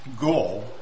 goal